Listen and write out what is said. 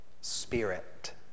Spirit